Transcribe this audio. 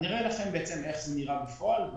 אראה לכם איך זה נראה בפועל.